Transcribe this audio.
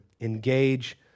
engage